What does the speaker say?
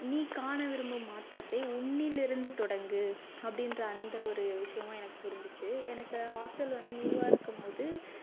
நீ காண விரும்பும் மாற்றத்தை உன்னிலிருந்து தொடங்கு அப்படின்ற அந்த ஒரு விஷயமும் எனக்கு புரிஞ்சிச்சு எனக்கு ஹாஸ்டல் வந்து நியூவாக இருக்கும்போது